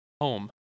home